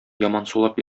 ямансулап